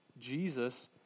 Jesus